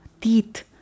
teeth